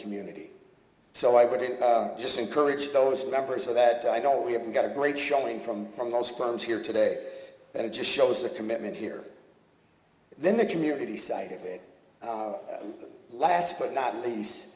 community so i wouldn't just encourage those members so that i know we've got a great showing from from those firms here today and it just shows the commitment here then the community side of it last but not